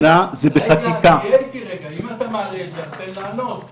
איליה, אולי אתה יודע לענות לזה,